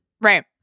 Right